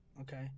Okay